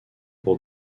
pour